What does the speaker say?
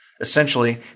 Essentially